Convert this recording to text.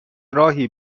راهی